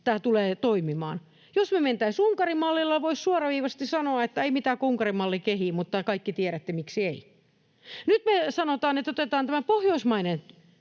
tämä tulee toimimaan? Jos me mentäisiin Unkarin mallilla, voisi suoraviivaisesti sanoa, että ei mitään, Unkarin malli kehiin. Mutta kaikki tiedätte, miksi ei. Nyt meille sanotaan, että otetaan tämä pohjoismainen